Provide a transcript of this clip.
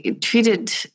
treated